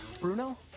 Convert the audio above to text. Bruno